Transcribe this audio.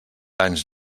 anys